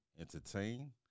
entertain